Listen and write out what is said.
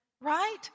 Right